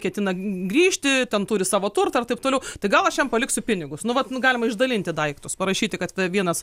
ketina grįžti ten turi savo turtą ir taip toliau tai gal aš jam paliksiu pinigus nu vat nu galima išdalinti daiktus parašyti kad vienas